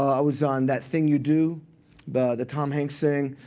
i was on that thing you do but the tom hanks thing.